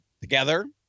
together